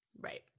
Right